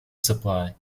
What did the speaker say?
supply